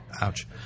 Ouch